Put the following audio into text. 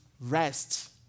rest